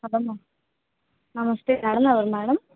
నమస్తే మేడం ఎవరు మేడం